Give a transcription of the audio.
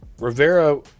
Rivera